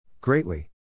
Greatly